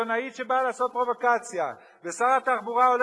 עיתונאית שבאה לעשות פרובוקציה, ושר התחבורה הולך